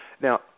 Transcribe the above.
Now